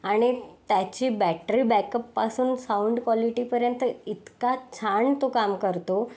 आणि त्याची बॅटरी बॅकअपपासून साउंड क्वालिटीपर्यंत इतका छान तो काम करतो